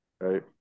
right